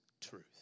truth